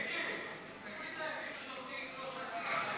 מיקי, תגיד להם: אם שותים, לא שטים.